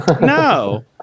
No